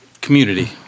community